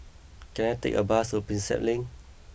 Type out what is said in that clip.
can I take a bus to Prinsep Link